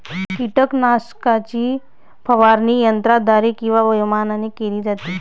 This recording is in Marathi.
कीटकनाशकाची फवारणी यंत्राद्वारे किंवा विमानाने केली जाते